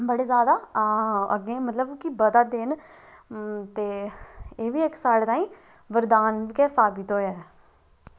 की लोग बड़े जादा मतलब कि अग्गें बधा दे न ते एह्बी इक्क साढ़े ताहीं वरदान गै साबत होये न